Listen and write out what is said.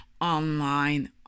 online